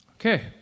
Okay